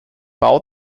bau